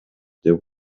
деп